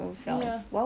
patience